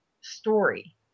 story